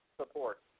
Support